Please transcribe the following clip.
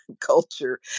culture